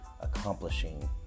accomplishing